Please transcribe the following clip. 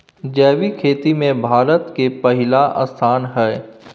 जैविक खेती में भारत के पहिला स्थान हय